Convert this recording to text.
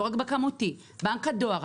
לא רק בדואר הכמותי בנק הדואר,